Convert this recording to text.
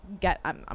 get